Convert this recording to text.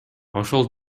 ошол